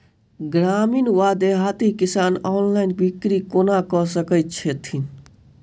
ग्रामीण वा देहाती किसान ऑनलाइन बिक्री कोना कऽ सकै छैथि?